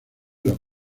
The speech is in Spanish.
los